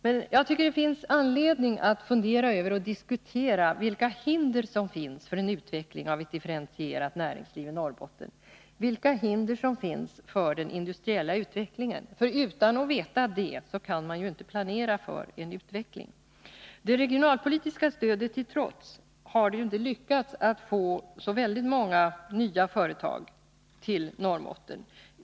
Men jag tycker det finns anledning att fundera över och diskutera vilka hinder som finns för utveckling av ett differentierat näringsliv i Norrbotten och vilka hinder som finns för den industriella utvecklingen, för utan att veta det kan man ju inte planera för en utveckling. Det regionalpolitiska stödet till trots har det inte lyckats att få så väldigt många nya företag till Norrbotten.